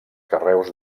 carreus